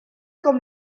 com